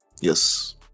yes